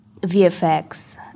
VFX